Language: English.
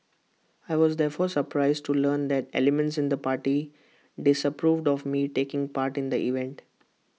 I was therefore surprised to learn that elements in the party disapproved of me taking part in the event